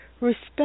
respect